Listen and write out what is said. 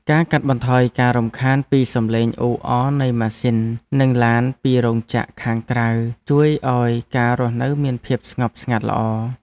ការកាត់បន្ថយការរំខានពីសំឡេងអ៊ូអរនៃម៉ាស៊ីននិងឡានពីរោងចក្រខាងក្រៅជួយឱ្យការរស់នៅមានភាពស្ងប់ស្ងាត់ល្អ។